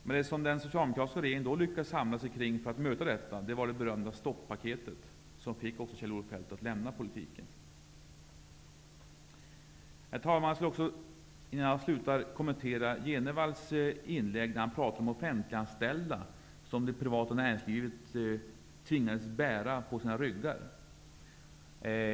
Men det som den socialdemokratiska regeringen då lyckades samla sig kring för att möta detta var det berömda stoppaketet som också fick Kjell-Olof Feldt att lämna politiken. Herr talman! Slutligen skulle jag också vilja kommentera Bo Jenevalls inlägg. Han talade om offentliganställda som det privata näringslivet tvingas bära på sina ryggar.